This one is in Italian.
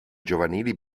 giovanili